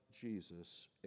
Jesus